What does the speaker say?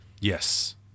yes